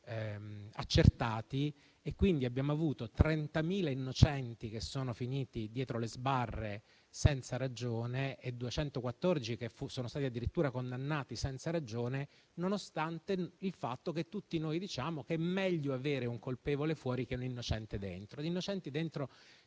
accertati. Quindi, abbiamo avuto 30.000 innocenti che sono finiti dietro le sbarre senza ragione e 214 che sono stati addirittura condannati senza ragione, nonostante il fatto che tutti noi diciamo che sia meglio avere un colpevole fuori che un innocente dentro. Di innocenti dentro